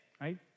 Right